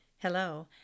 Hello